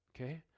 Okay